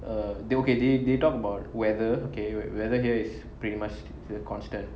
uh they okay they they talk about weather okay weather here is pretty much a constant